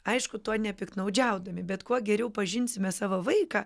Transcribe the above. aišku tuo nepiktnaudžiaudami bet kuo geriau pažinsime savo vaiką